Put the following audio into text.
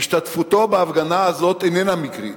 השתתפותו בהפגנה הזאת איננה מקרית,